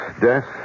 death